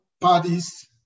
parties